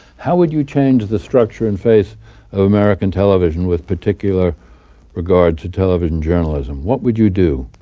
how would you change the structure and face of american television with particular regard to television journalism? what would you do?